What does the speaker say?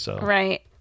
Right